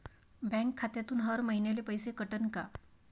Bank खात्यातून हर महिन्याले पैसे कटन का?